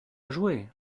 jouer